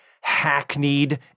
hackneyed